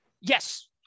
Yes